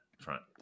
front